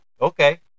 okay